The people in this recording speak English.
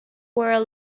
were